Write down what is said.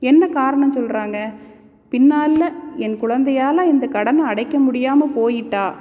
என்ன காரணம் சொல்கிறாங்க பின்னால் என் குழந்தையால் இந்த கடனை அடைக்க முடியாமல் போய்ட்டா